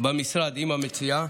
במשרד עם המציעה.